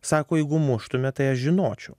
sako jeigu muštumėt tai aš žinočiau